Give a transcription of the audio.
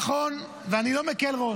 נכון, ואני לא מקל ראש,